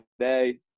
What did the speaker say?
today